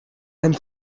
and